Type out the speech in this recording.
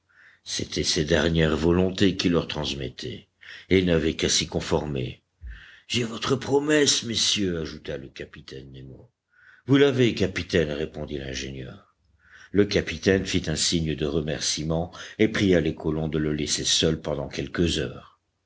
c'étaient ses dernières volontés qu'il leur transmettait et ils n'avaient qu'à s'y conformer j'ai votre promesse messieurs ajouta le capitaine nemo vous l'avez capitaine répondit l'ingénieur le capitaine fit un signe de remerciement et pria les colons de le laisser seul pendant quelques heures